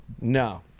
No